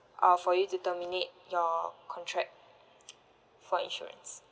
uh for you to terminate your contract for insurance